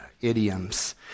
idioms